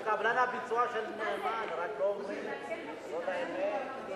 הוא קבלן הביצוע של נאמן, רק לא אומרים את זה.